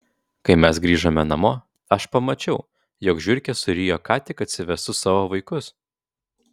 kai mes grįžome namo aš pamačiau jog žiurkė surijo ką tik atsivestus savo vaikus